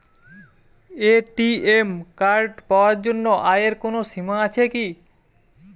ATM card পাওয়ার জন্য আয়ের কোনো সীমা আছে কি?